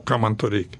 kam man to reikia